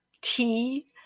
tea